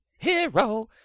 Hero